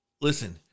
Listen